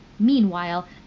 Meanwhile